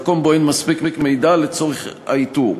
במקום שבו אין מספיק מידע לצורך האיתור.